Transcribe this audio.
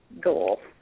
goal